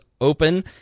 open